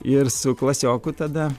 ir su klasioku tada